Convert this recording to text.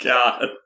God